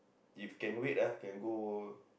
if can wait ah can go